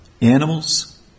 animals